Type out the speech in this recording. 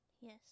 Yes